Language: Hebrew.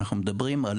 אנחנו מדברים על